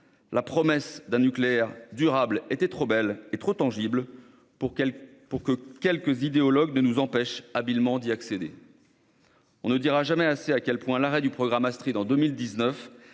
la promesse d'un nucléaire durable était trop belle et trop tangible pour que quelques idéologues ne nous empêchent pas habilement d'y accéder. On ne dira jamais assez à quel point l'arrêt du programme Astrid, en 2019,